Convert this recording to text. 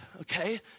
okay